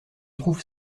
trouve